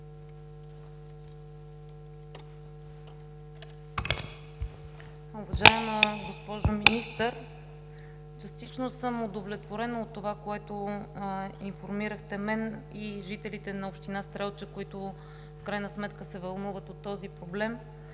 Уважаема госпожо Министър, частично съм удовлетворена от това, което информирахте мен и жителите на община Стрелча, които се вълнуват от този проблем.